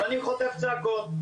אז אני חוטף צעקות,